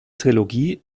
trilogie